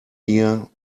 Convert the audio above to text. ear